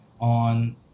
on